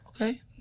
Okay